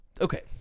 Okay